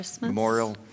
Memorial